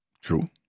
true